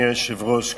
אדוני היושב-ראש,